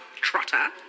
Trotter